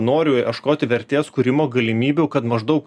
noriu ieškoti vertės kūrimo galimybių kad maždaug